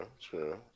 sure